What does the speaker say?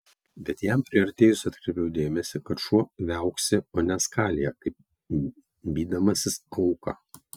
bet jam priartėjus atkreipiau dėmesį kad šuo viauksi o ne skalija kaip vydamasis auką